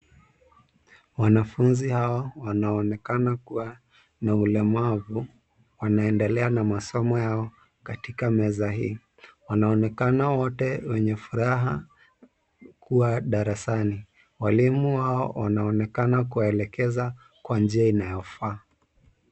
Wanafunzi hawa wanaonekana kuwa na uelewa mzuri. Wanaendelea na masomo yao wakiwa kwenye meza hii. Wanaonekana wote wakiwa na furaha kuwa darasani. Walimu hawa wanaonekana kuwaelekeza kwa njia inayofaa.